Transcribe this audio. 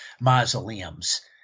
mausoleums